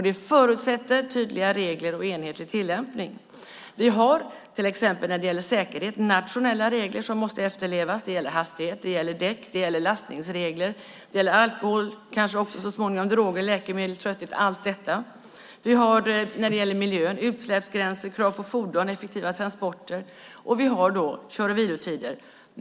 Det förutsätter tydliga regler och enhetlig tillämpning. Vi har till exempel när det gäller säkerhet nationella regler som måste efterlevas. Det gäller hastighet, däck, lastningsregler, alkohol, kanske också så småningom droger, läkemedel och trötthet. Vi har när det gäller miljön utsläppsgränser, krav på fordon och effektiva transporter. Och vi har kör och vilotider.